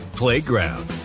Playground